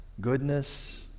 goodness